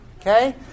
Okay